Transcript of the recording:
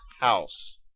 house